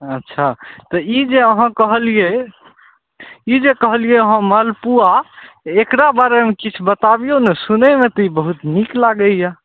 अच्छा तऽ ई जे अहाँ कहलिए ई जे कहलिए अहाँ मलपुआ एकरा बारेमे किछु बताबिऔ ने सुनैमे तऽ ई बहुत नीक लागैए